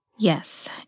Yes